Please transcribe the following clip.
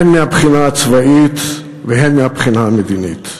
הן מהבחינה הצבאית והן מהבחינה המדינית.